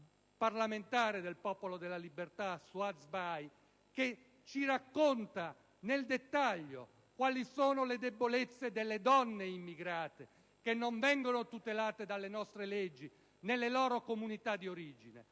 parlamentare del Popolo della Libertà, Souad Sbai, nella quale si racconta nel dettaglio quali siano le debolezze delle donne immigrate che non vengono tutelate dalle nostre leggi nelle loro comunità di origine.